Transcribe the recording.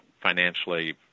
financially